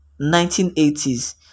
1980s